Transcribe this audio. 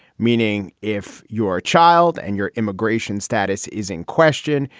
meaning, if your child and your immigration status is in question,